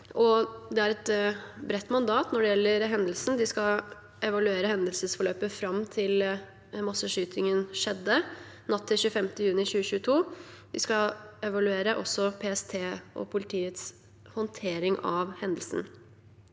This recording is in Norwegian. det er et bredt mandat når det gjelder hendelsene. De skal evaluere hendelsesforløpet fram til masseskytingen skjedde, natt til 25. juni 2022, og de skal også evaluere PSTs og politiets håndtering av hendelsen.